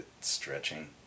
stretching